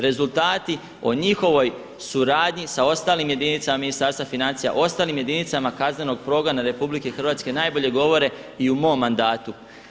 Rezultati o njihovoj suradnji sa ostalim jedinicama Ministarstva financija, ostalim jedinicama kaznenog progona Republike Hrvatske najbolje govore i u mom mandatu.